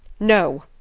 no!